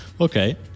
Okay